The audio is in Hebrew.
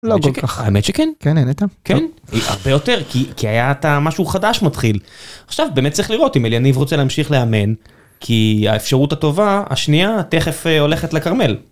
לא כל כך האמת שכן, כן נהנהת, הרבה יותר כי היה אתה משהו חדש מתחיל עכשיו באמת צריך לראות אם אליניב רוצה להמשיך לאמן כי האפשרות הטובה השנייה תכף הולכת לכרמל.